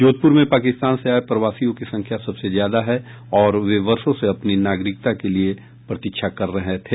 जोधपुर में पाकिस्तान से आए प्रवासियों की संख्या सबसे ज्यादा है और वे वर्षों से अपनी नागरिकता के लिए प्रतीक्षा कर रहे थे